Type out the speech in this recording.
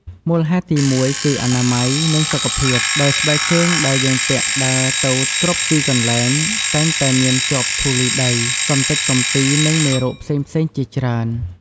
មូលហេតុទីមួយ គឺអនាម័យ និងសុខភាព ដោយស្បែកជើងដែលយើងពាក់ដើរទៅគ្រប់ទីកន្លែង តែងតែមានជាប់ធូលីដី កម្ទេចកំទី និងមេរោគផ្សេងៗជាច្រើន។